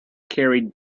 carried